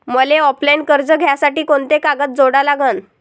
मले ऑफलाईन कर्ज घ्यासाठी कोंते कागद जोडा लागन?